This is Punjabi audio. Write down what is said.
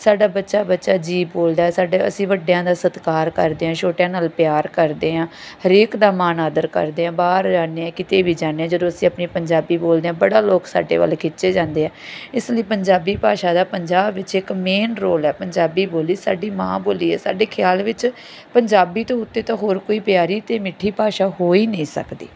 ਸਾਡਾ ਬੱਚਾ ਬੱਚਾ ਜੀ ਬੋਲਦਾ ਸਾਡੇ ਅਸੀਂ ਵੱਡਿਆਂ ਦਾ ਸਤਿਕਾਰ ਕਰਦੇ ਹਾਂ ਛੋਟਿਆਂ ਨਾਲ ਪਿਆਰ ਕਰਦੇ ਹਾਂ ਹਰੇਕ ਦਾ ਮਾਣ ਆਦਰ ਕਰਦੇ ਹਾਂ ਬਾਹਰ ਜਾਂਦੇ ਹਾਂ ਕਿਤੇ ਵੀ ਜਾਂਦੇ ਹਾਂ ਜਦੋਂ ਅਸੀਂ ਆਪਣੀ ਪੰਜਾਬੀ ਬੋਲਦੇ ਹਾਂ ਬੜਾ ਲੋਕ ਸਾਡੇ ਵੱਲ ਖਿੱਚੇ ਜਾਂਦੇ ਆ ਇਸ ਲਈ ਪੰਜਾਬੀ ਭਾਸ਼ਾ ਦਾ ਪੰਜਾਬ ਵਿੱਚ ਇੱਕ ਮੇਨ ਰੋਲ ਹੈ ਪੰਜਾਬੀ ਬੋਲੀ ਸਾਡੀ ਮਾਂ ਬੋਲੀ ਹੈ ਸਾਡੇ ਖਿਆਲ ਵਿੱਚ ਪੰਜਾਬੀ ਤੋਂ ਉੱਤੇ ਤਾਂ ਹੋਰ ਕੋਈ ਪਿਆਰੀ ਅਤੇ ਮਿੱਠੀ ਭਾਸ਼ਾ ਹੋ ਹੀ ਨਹੀਂ ਸਕਦੀ